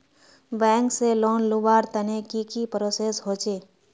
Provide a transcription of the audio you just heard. Bank से loan लुबार तने की की प्रोसेस होचे?